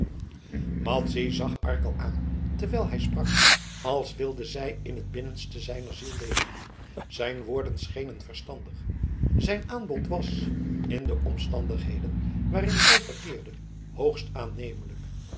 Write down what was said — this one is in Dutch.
madzy zag arkel aan terwijl hij sprak als wilde zij in het binnenste zijner ziel lezen zijn woorden schenen verstandig zijn aanbod was in de omstandigheden waarin zij verkeerde hoogst aannemelijk